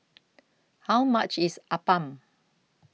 How much IS Appam